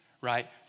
right